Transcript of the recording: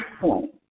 point